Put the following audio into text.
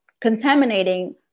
contaminating